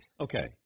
Okay